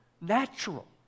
natural